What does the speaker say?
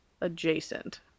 adjacent